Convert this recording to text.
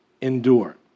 endure